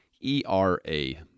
E-R-A